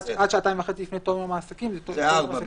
"עד שעתיים וחצי לפני תום יום העסקים" זה בעצם